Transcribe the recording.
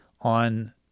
on